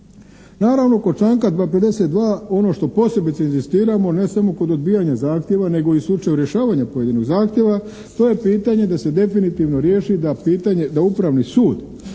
Naravno, kod članka 52. ono što posebice inzistiramo ne samo kod odbijanja zahtjeva nego i slučaju rješavanja pojedinog zahtjeva to je pitanje da se definitivno riješi da pitanje, da